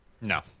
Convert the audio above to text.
No